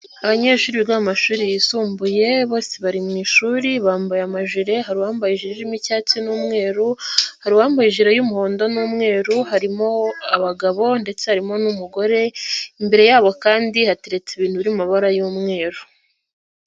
Abanyeshuri biga mu mashuri yisumbuye bose bari mu ishuri, bambaye amajire, hari uwambaye ijire irimo icyatsi n'umweru, hari uwambaye ijire y'umuhondo n'umweru, harimo abagabo ndetse harimo n'umugore, imbere yabo kandi hateretse ibintu biri mu mabara y'umweru.